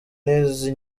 n’izi